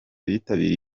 bitabiriye